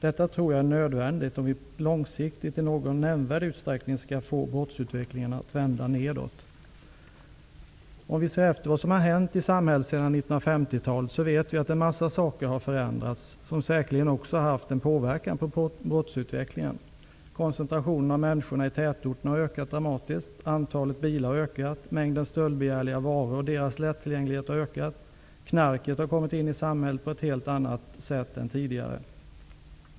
Det är nödvändigt om vi i någon nämnvärd utsträckning skall få brottsutvecklingen att långsiktigt vända nedåt. En mängd saker har förändrats i samhället sedan 1950-talet. De har säkerligen haft en påverkan på brottsutvecklingen. Koncentrationen av människor i tätorterna har ökat dramatiskt, antalet bilar har ökat, mängden stöldbegärliga varor och deras lättillgänglighet har ökat och knarket har kommit in i samhället på ett helt annat sätt än tidigare.